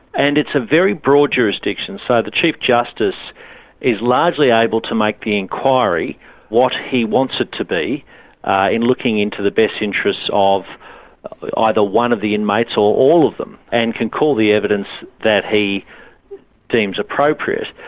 and it's a very broad jurisdiction. so the chief justice is largely able to make the enquiry what he wants it to be in looking into the best interests of either one of the inmates or all of them, and can call the evidence that he deems appropriate.